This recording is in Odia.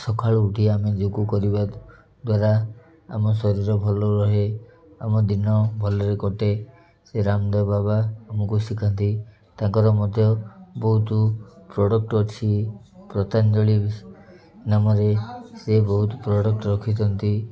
ସଖାଳୁ ଉଠି ଆମେ ଯୋଗ କରିବା ଦ୍ୱାରା ଆମ ଶରୀର ଭଲ ରହେ ଆମ ଦିନ ଭଲରେ କଟେ ସେ ରାମଦେବ ବାବା ଆମକୁ ଶିଖାନ୍ତି ତାଙ୍କର ମଧ୍ୟ ବହୁତ ପ୍ରଡ଼କ୍ଟ ଅଛି ପତାଞ୍ଜଳି ନାମରେ ସେ ବହୁତ ପ୍ରଡ଼କ୍ଟ ରଖିଛନ୍ତି